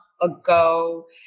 ago